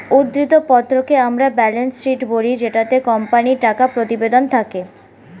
উদ্ধৃত্ত পত্রকে আমরা ব্যালেন্স শীট বলি জেটাতে কোম্পানির টাকা প্রতিবেদন থাকে